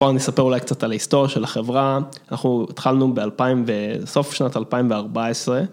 אני אספר אולי קצת על ההיסטוריה של החברה, אנחנו התחלנו בסוף שנת 2014.